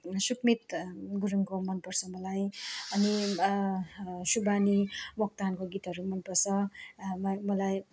सुकमित गुरुङको मनपर्छ मलाई अनि सुबानी मोक्तानको गीतहरू मनपर्छ मलाई